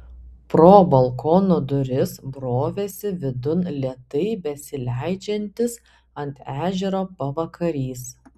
pro balkono duris brovėsi vidun lėtai besileidžiantis ant ežero pavakarys